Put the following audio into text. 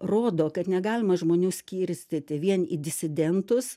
rodo kad negalima žmonių skirstyti vien į disidentus